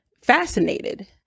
fascinated